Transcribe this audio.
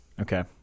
Okay